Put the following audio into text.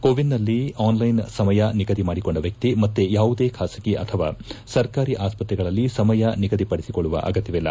ಕೋವಿನ್ ನಲ್ಲಿ online ಸಮಯ ನಿಗದಿ ಮಾಡಿಕೊಂಡ ವ್ಯಕ್ತಿ ಮತ್ತೆ ಯಾವುದೇ ಖಾಸಗಿ ಅಥವಾ ಸರ್ಕಾರಿ ಆಸ್ತ್ರೆಗಳಲ್ಲಿ ಸಮಯ ನಿಗದಿಪಡಿಸಿಕೊಳ್ಳುವ ಆಗತ್ತವಿಲ್ಲ